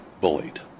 bullied